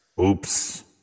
Oops